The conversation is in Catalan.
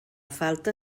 falta